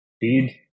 feed